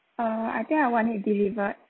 uh I think I want it delivered